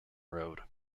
road